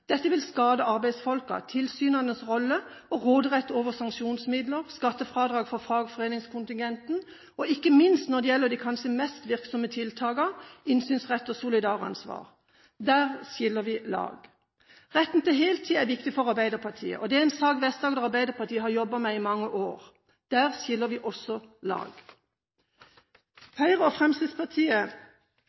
Dette vil skade arbeidsfolk, tilsynenes rolle og råderett over sanksjonsmidler, skattefradrag for fagforeningskontingenten og ikke minst de kanskje mest virksomme tiltakene: innsynsrett og solidaransvar. Der skiller vi lag. Retten til heltid er viktig for Arbeiderpartiet, og det er en sak Vest-Agder Arbeiderparti har jobbet med i mange år. Der skiller vi også lag. Høyre og Fremskrittspartiet